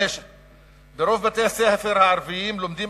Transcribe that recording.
5. ברוב בתי-הספר הערביים לומדים,